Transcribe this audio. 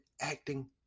acting